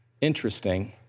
Interesting